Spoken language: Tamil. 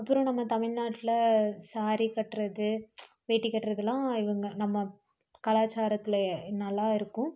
அப்புறம் நம்ம தமிழ்நாட்டில சாரீ கட்டுறது வேட்டி கட்டுறதெலாம் இவங்க நம்ம கலாச்சாரத்தில் என்னலாம் இருக்கும்